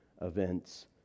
events